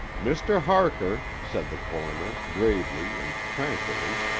mr. harker, said the coroner, gravely and tranquilly,